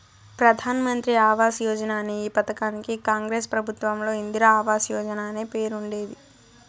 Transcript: ప్రధాన్ మంత్రి ఆవాస్ యోజన అనే ఈ పథకానికి కాంగ్రెస్ ప్రభుత్వంలో ఇందిరా ఆవాస్ యోజన అనే పేరుండేది